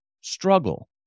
struggle